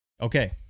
Okay